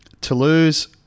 Toulouse